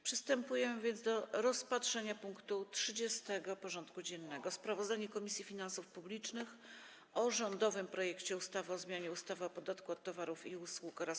Przystępujemy do rozpatrzenia punktu 30. porządku dziennego: Sprawozdanie Komisji Finansów Publicznych o rządowych projektach ustaw: - o zmianie ustawy o podatku od towarów i usług oraz